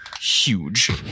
huge